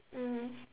mmhmm